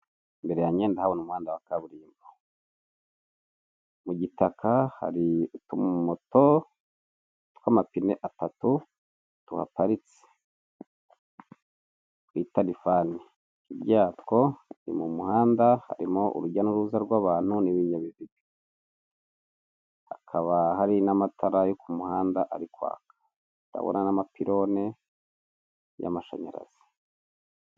Imbere yange ndahabona umuhanda wa kaburimbo mu gitaka hari utumoto tw'amapine atatu tuhaparitse twita Lifani, hirya ya two ni mu muhanda harimo urujya n'uruza rw'abantu n'ibinyabiziga, hakaba hari n'amatara yo ku muhanda ari kwaka ndabona n'amapirone y'amashanyarazi.